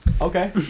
Okay